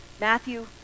Matthew